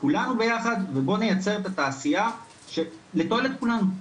כולנו ביחד ובואו נייצר את התעשייה לתועלת כולנו.